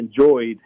enjoyed